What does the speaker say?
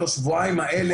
או לשבועיים האלה,